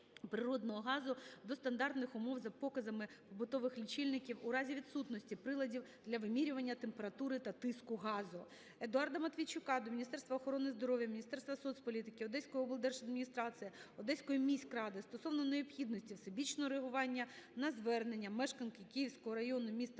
до стандартних умов за показами побутових лічильників у разі відсутності приладів для вимірювання температури та тиску газу. Едуарда Матвійчука до Міністерства охорони здоров'я, Міністерства соцполітики, Одеської облдержадміністрації, Одеської міськради стосовно необхідності всебічного реагування на звернення мешканки Київського району міста